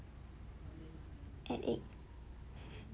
add egg